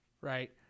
right